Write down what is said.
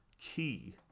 key